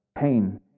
Pain